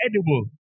edible